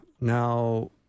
Now